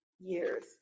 years